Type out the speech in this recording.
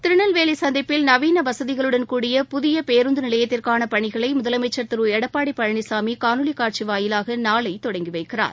திருநெல்வேலிசந்திப்பில் நவீனவசதிகளுடன் கூடிய புதியபேருந்துநிலையத்திற்கானபணிகளைமுதலமைச்சர் திருளப்பாடிபழனிசாமி காணொலிகாட்சிவாயிலாகநாளைதொடங்கிவைக்கிறார்